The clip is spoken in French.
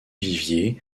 vivier